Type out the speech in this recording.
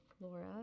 Laura